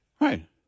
Right